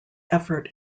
effort